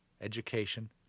education